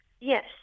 yes